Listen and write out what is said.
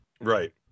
Right